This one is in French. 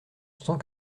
sans